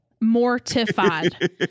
mortified